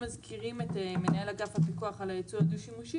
מזכירים את מנהל אגף הפיקוח על הייצוא הדו-שימושי,